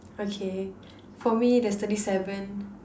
okay for me there's thirty seven